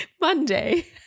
Monday